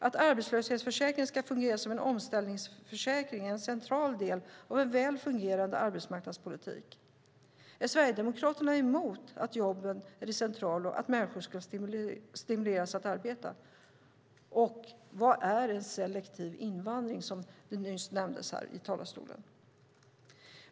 Att arbetslöshetsförsäkringen ska fungera som en omställningsförsäkring är en central del av en väl fungerande arbetsmarknadspolitik. Är Sverigedemokraterna emot att jobben är det centrala och att människor ska stimuleras att arbeta? Och vad är en selektiv invandring, som nämndes här i talarstolen?